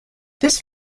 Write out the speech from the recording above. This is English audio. this